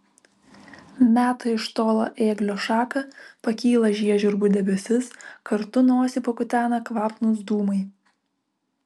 meta iš tolo ėglio šaką pakyla žiežirbų debesis kartu nosį pakutena kvapnūs dūmai